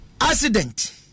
accident